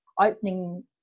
opening